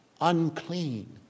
unclean